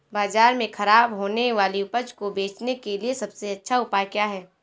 बाजार में खराब होने वाली उपज को बेचने के लिए सबसे अच्छा उपाय क्या हैं?